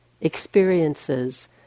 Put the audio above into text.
experiences